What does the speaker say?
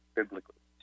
biblically